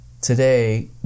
today